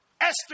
Esther